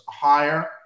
higher